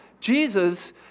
Jesus